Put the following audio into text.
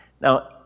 Now